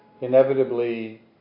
inevitably